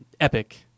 epic